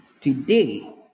Today